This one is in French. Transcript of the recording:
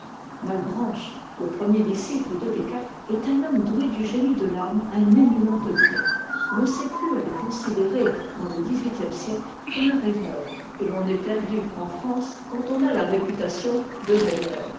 malebranche le premier disciple de descartes est un homme doué du génie de l'âme à un éminent degré l'on s'est plu à le considérer dans le dix huitièmesiècle comme un rêveur et l'on est perdu en france quand on a la réputation de rêveur